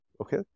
Okay